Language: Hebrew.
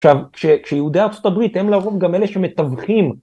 עכשיו כשיהודי ארצות הברית הם לרוב גם אלה שמתווכים.